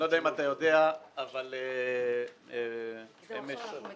אני לא יודע אם אתה יודע אבל במהלך הלילה